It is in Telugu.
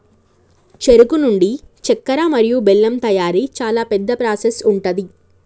చెరుకు నుండి చెక్కర మరియు బెల్లం తయారీ చాలా పెద్ద ప్రాసెస్ ఉంటది